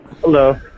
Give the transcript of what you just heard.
Hello